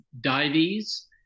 Dives